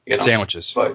Sandwiches